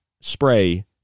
spray